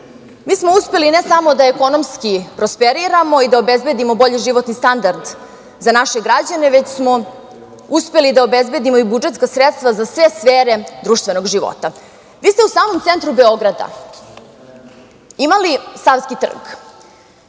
mi smo uspeli, ne samo da ekonomski prosperiramo i obezbedimo bolji životni standard za naše građane, već smo uspeli da obezbedimo i budžetska sredstva za sve sfere društvenog života. Vi ste u samom centru Beograda imali Savski trg,